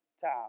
time